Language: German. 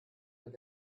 mehr